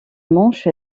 manche